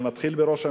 זה מתחיל בראש הממשלה,